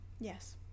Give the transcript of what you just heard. Yes